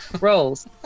roles